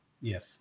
Yes